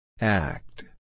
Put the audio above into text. Act